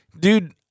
dude